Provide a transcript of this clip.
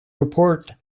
report